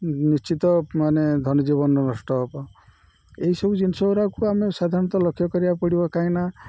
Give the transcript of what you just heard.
ନିଶ୍ଚିତ ମାନେ ଧନ ଜୀବନ ନଷ୍ଟ ହେବ ଏହିସବୁ ଜିନିଷଗୁଡ଼ାକୁ ଆମେ ସାଧାରଣତଃ ଲକ୍ଷ୍ୟ କରିବାକୁ ପଡ଼ିବ କାହିଁକିନା